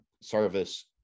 Service